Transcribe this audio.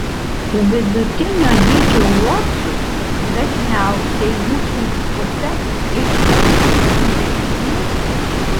vidutinio dydžio uoksus dažniausiai mūsų miškuose iškala didieji geniai